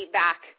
back